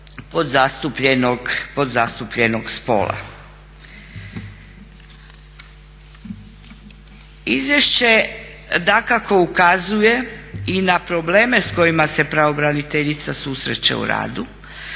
Izvješće dakako ukazuje i na probleme s kojima se pravobraniteljica susreće u radu